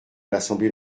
l’assemblée